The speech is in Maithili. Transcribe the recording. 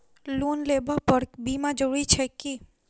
लोन लेबऽ पर बीमा जरूरी छैक की?